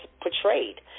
portrayed